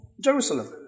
Jerusalem